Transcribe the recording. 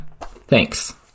Thanks